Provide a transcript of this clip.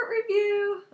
Review